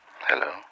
Hello